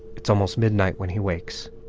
it's almost midnight when he wakes